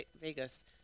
Vegas